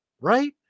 right